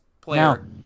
player